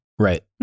Right